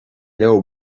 leabhar